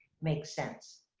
makes sense.